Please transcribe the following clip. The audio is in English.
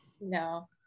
no